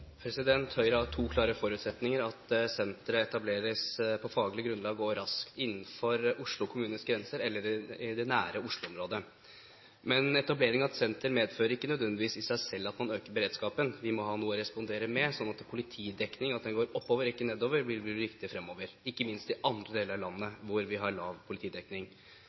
raskt, innenfor Oslo kommunes grenser eller i det nære Oslo-området. Men etablering av et senter medfører ikke nødvendigvis i seg selv at man øker beredskapen. Vi må ha noe å respondere med. Det at politidekningen går oppover, ikke nedover, vil bli viktig fremover, ikke minst i andre deler av landet, hvor vi har lav politidekning.